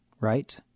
right